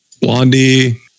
Blondie